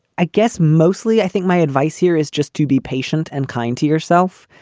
i guess mostly i think my advice here is just to be patient and kind to yourself.